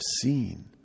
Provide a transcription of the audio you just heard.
seen